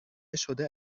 شده